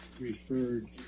referred